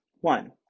One